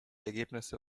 ergebnisse